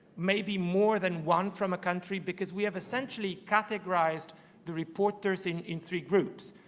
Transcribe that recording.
may be more than one from a country because we have essentially categorized the reporters in in three groups.